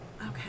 Okay